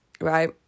right